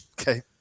Okay